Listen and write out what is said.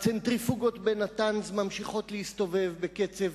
הצנטריפוגות בנתאנז ממשיכות להסתובב בקצב